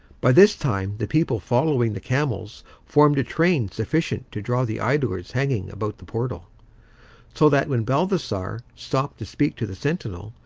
by this time the people following the camels formed a train sufficient to draw the idlers hanging about the portal so that when balthasar stopped to speak to the sentinel,